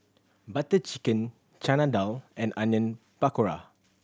Butter Chicken Chana Dal and Onion Pakora